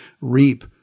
reap